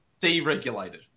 deregulated